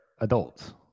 adults